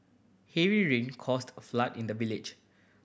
heavy rain caused a flood in the village